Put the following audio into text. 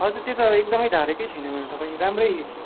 हजुर त्यो त एकदमै झारेकै छैन मैले त खै राम्रै